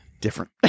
Different